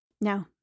No